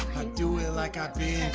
i do it like i